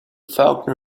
falcon